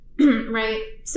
right